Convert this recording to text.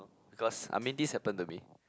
because I mean this happened to me